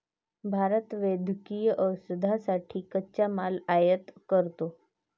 भारत वैद्यकीय औषधांसाठी कच्चा माल आयात करतो